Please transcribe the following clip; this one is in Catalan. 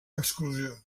exclusió